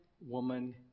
woman